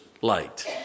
light